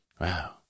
Wow